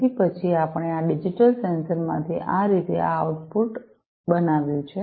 તેથી પછી આપણે આ ડિજિટલ સેન્સર માંથી આ રીતે આ આઉટપુટ બનાવ્યું છે